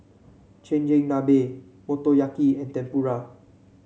Chigenabe Motoyaki and Tempura